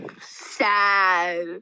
Sad